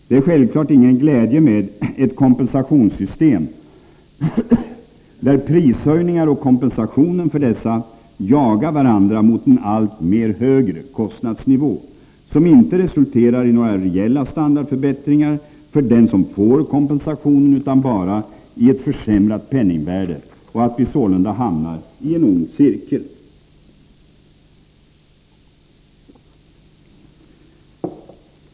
Det är självklart ingen glädje med ett kompensationssystem där prishöjningar och kompensationen för dessa jagar varandra mot en allt högre kostnadsnivå, som inte resulterar i några reella standardförbättringar för den som får kompensationen utan bara i ett försämrat penningvärde, och att vi sålunda hamnar i en ond cirkel.